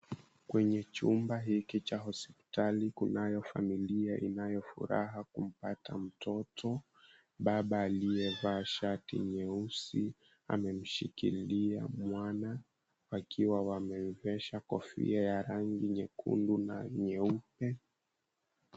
Kwenye chumba hiki cha hospitali kunayo familia inayo furaha kumpata mtoto. Baba aliyevaa shati nyeusi, amemshikilia mwana akiwa wameepesha kofia ya rangi nyekundu na nyeupe.